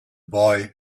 boy